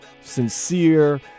sincere